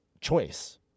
choice